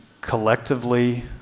collectively